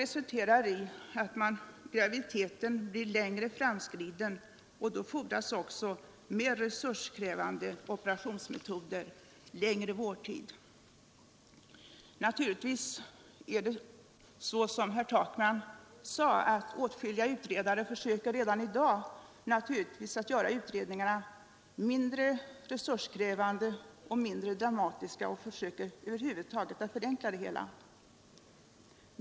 Resultatet blir också att graviditeten blir längre framskriden och då fordras också mera resurskrävande operationsmetoder och längre vårdtid. Som herr Takman påpekade försöker många utredare redan i dag att göra utredningarna mindre resurskrävande och mindre dramatiska. Man försöker över huvud taget förenkla det hela.